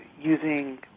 using